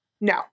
no